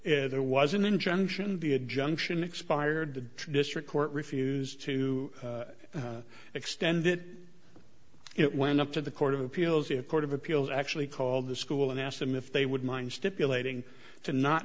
if there was an injunction be a junction expired the district court refused to extend it it went up to the court of appeals court of appeals actually called the school and asked them if they would mind stipulating to not